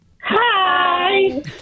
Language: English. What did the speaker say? Hi